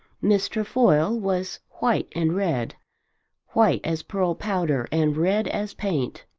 miss trefoil was white and red white as pearl powder and red as paint.